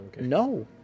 No